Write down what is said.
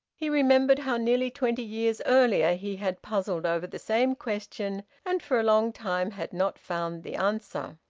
he remembered how nearly twenty years earlier he had puzzled over the same question and for a long time had not found the answer.